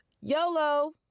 YOLO